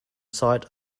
site